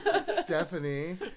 Stephanie